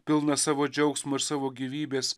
pilną savo džiaugsmo ir savo gyvybės